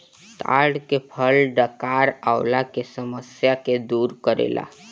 ताड़ के फल डकार अवला के समस्या के दूर करेला